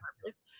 purpose